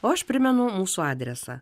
o aš primenu mūsų adresą